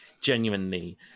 genuinely